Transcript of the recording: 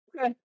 okay